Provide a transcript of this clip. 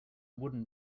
wooden